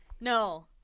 No